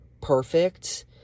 perfect